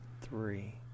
three